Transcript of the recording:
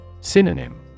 Synonym